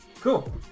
Cool